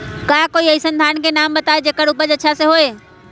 का कोई अइसन धान के नाम बताएब जेकर उपज अच्छा से होय?